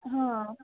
ହଁ